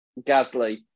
Gasly